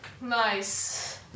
Nice